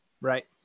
Right